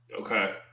Okay